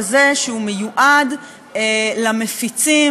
וזה שהוא מיועד למפיצים,